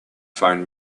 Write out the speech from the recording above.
phone